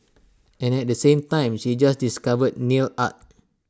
and at the same time she just discovered nail art